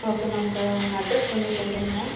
okay ma'am கு உங்கள் address கொஞ்சம் சொல்கிறீங்களா